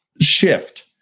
shift